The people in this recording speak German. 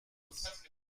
muss